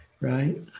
right